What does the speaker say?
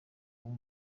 kuba